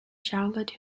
charlotte